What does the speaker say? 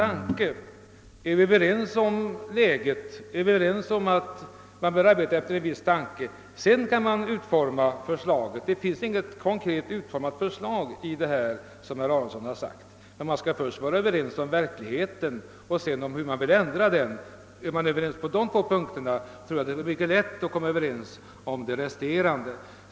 Albert Aronson väcker då frågan: Är vi överens om att man bör arbeta för att ändra utvecklingen mot ett bestämt mål? Om så är fallet kan man sedan utforma ett förslag, eftersom det i herr Aronsons initiativ inte ligger något utarbetat förslag. Man måste först vara överens om verkligheten och sedan om hur man skall förändra denna. Om man är överens på dessa båda punkter, bör det vara lätt att komma överens om det resterande.